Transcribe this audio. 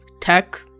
tech